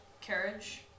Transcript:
carriage